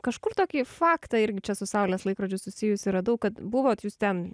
kažkur tokį faktą irgi čia su saulės laikrodžiu susijusį radau kad buvot jūs ten